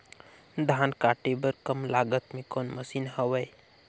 धान काटे बर कम लागत मे कौन मशीन हवय?